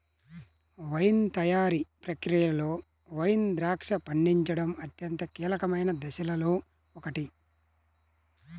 wine తయారీ ప్రక్రియలో wine ద్రాక్ష పండించడం అత్యంత కీలకమైన దశలలో ఒకటి